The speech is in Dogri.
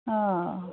आं